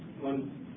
one